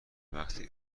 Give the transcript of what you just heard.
وقتی